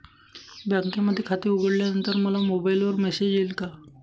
बँकेमध्ये खाते उघडल्यानंतर मला मोबाईलवर मेसेज येईल का?